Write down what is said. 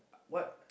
what